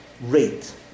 rate